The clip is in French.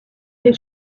ses